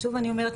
שוב אני אומרת,